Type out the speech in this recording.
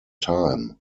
time